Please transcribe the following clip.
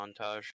montage